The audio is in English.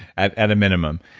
at at a minimum.